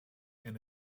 and